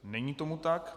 Není tomu tak.